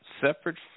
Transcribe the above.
separate